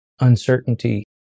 uncertainty